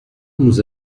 nous